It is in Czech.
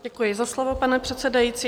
Děkuji za slovo, pane předsedající.